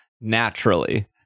naturally